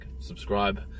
subscribe